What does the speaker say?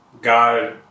God